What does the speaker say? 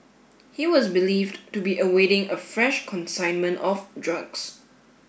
he was believed to be awaiting a fresh consignment of drugs